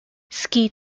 ski